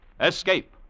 Escape